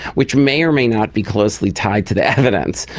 which may or may not be closely tied to the evidence,